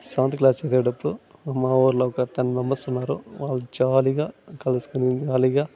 seventh class చదివేటప్పుడు మా వాళ్ళంతా టేన్ మెంబర్స్ ఉన్నారు వాళ్ళు జాలీగా కలుసుకుని జాలీగా